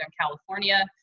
California